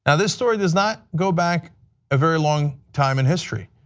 ah this story does not go back a very long time in history.